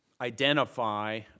identify